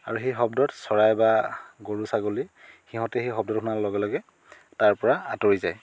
আৰু সেই শব্দত চৰাই বা গৰু ছাগলী সিহঁতে সেই শব্দটো শুনাৰ লগে লগে তাৰ পৰা আঁতৰি যায়